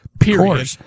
Period